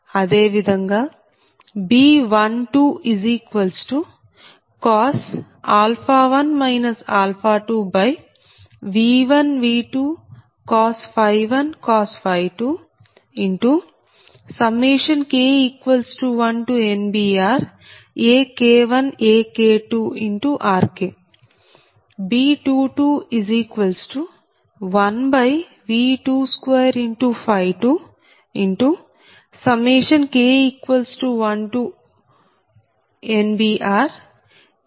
అదే విధంగా B12 1 2 V1V21 2 K1NBRAK1AK2RKB221V222 K1NBRAK22RK